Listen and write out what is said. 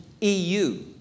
EU